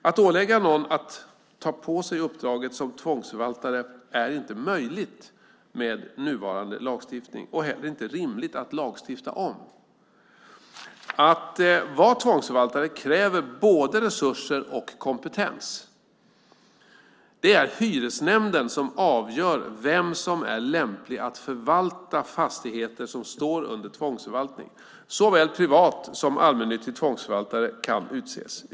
Att ålägga någon att ta på sig uppdraget som tvångsförvaltare är inte möjligt med nuvarande lagstiftning och heller inte rimligt att lagstifta om. Att vara tvångsförvaltare kräver både resurser och kompetens. Det är hyresnämnden som avgör vem som är lämplig att förvalta fastigheter som står under tvångsförvaltning. Såväl privat som allmännyttig tvångsförvaltare kan utses.